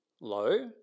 low